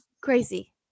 crazy